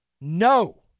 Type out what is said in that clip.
No